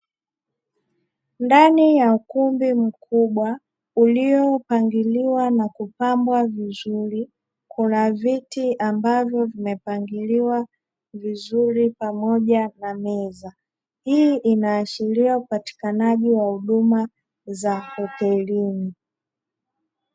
Ndani ya ukumbi mkubwa uliopangiliwa na kupambwa vizuri. Kuna viti ambavyo vimepangiliwa vizuri pamoja na meza, hii inaashiria upatikanaji wa huduma za hotelini.